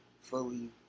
fully